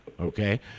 okay